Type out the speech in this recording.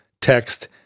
text